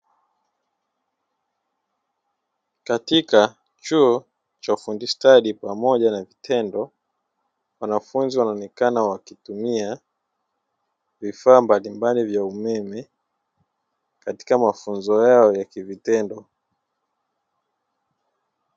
Katika chuo cha ufundi stadi pamoja na vitendo, wanafunzi wanaonekana kutumia vifaa mbalimbali vya umeme katika mafunzo yao ya kivitendo.